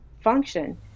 function